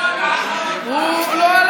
זה שוב,